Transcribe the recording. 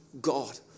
God